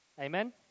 Amen